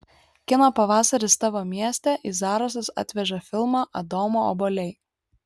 kino pavasaris tavo mieste į zarasus atveža filmą adomo obuoliai